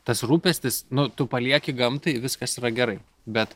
tas rūpestis nu tu palieki gamtai viskas yra gerai bet